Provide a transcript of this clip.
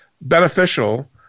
beneficial